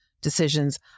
decisions